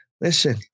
Listen